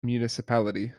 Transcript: municipality